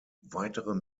weitere